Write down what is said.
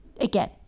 again